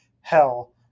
hell